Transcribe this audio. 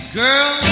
girl